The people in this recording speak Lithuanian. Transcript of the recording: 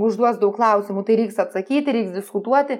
užduos daug klausimų tai reiks atsakyti reiks diskutuoti